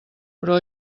però